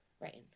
right